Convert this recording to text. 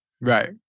right